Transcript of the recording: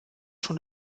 schon